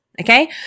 okay